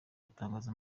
gutangaza